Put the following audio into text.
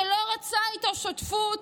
שלא רצה איתו שותפות,